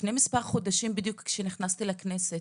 לפני מספר חודשים, בדיוק כשנכנסתי לכנסת,